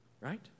Right